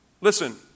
Listen